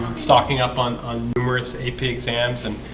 stocking up on on numerous ap exams and